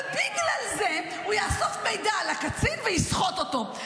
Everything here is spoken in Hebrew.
ובגלל זה הוא יאסוף מידע על הקצין ויסחט אותו.